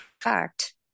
fact